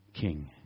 King